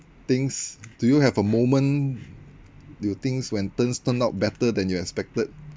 things do you have a moment do things when things turn out better than you expected